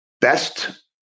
best